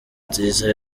nziza